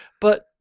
But-